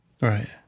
Right